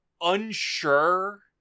unsure